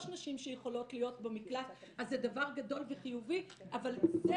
נשים שיכולות להיות במקלט אז זה דבר גדול וחיובי אבל זה